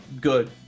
good